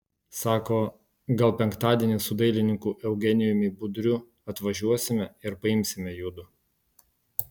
sako gal penktadienį su dailininku eugenijumi budriu atvažiuosime ir paimsime judu